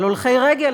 על הולכי רגל,